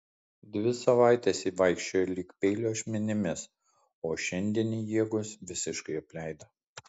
dvi savaites ji vaikščiojo lyg peilio ašmenimis o šiandien jėgos visiškai apleido